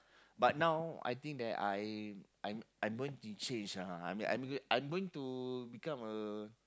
but now I think that I I'm I'm going to change ah I'm I'm I'm going to become a